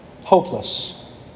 hopeless